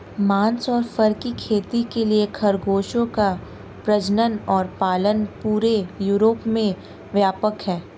मांस और फर खेती के लिए खरगोशों का प्रजनन और पालन पूरे यूरोप में व्यापक है